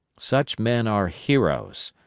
such men are heroes,